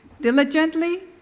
Diligently